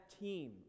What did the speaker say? team